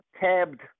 tabbed